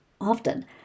Often